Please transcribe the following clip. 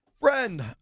friend